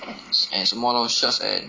and 什么 lor shirts and